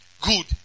Good